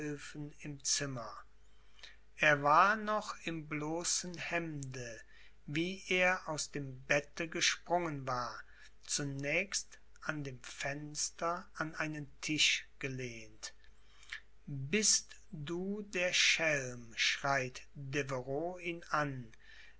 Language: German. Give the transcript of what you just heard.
im zimmer er war noch im bloßen hemde wie er aus dem bette gesprungen war zunächst an dem fenster an einen tisch gelehnt bist du der schelm schreit deveroux ihn an